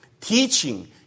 teaching